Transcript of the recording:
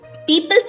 People